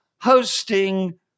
hosting